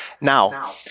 Now